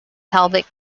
pelvic